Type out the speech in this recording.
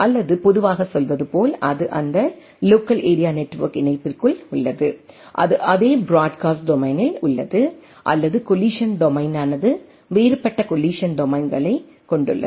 அல்லது பொதுவாக சொல்வது போல் அது அந்த லோக்கல் ஏரியா நெட்வொர்க் இணைப்பிற்குள் உள்ளது அது அதே பிராட்காஸ்ட் டொமைனில் உள்ளது ஆனால் கொல்லிசன் டொமைனானது வேறுபட்ட கொல்லிசன் டொமைன்களைக் கொண்டுள்ளது